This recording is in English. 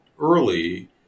early